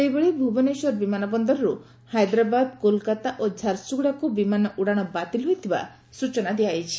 ସେହିପରି ଭୁବନେଶ୍ୱର ବିମାନବନ୍ଦରରୁ ହାଇଦ୍ରାବାଦ କୋଲକାତା ଓ ଝାରସୁଗୁଡାକୁ ବିମାନ ଉଡାଣ ବାତିଲ୍ ହୋଇଥିବା ସ୍ଚନା ଦିଆଯାଇଛି